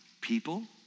people